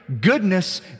goodness